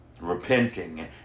Repenting